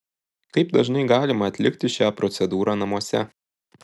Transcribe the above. kaip dažnai galima atlikti šią procedūrą namuose